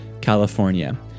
California